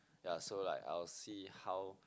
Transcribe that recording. ya so like I will see how